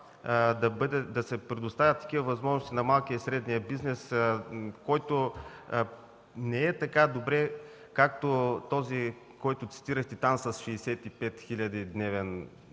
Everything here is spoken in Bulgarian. да се предоставят такива възможности на малкия и средния бизнес, който не е така добре, както цитирания от Вас – с 65 хиляди дневен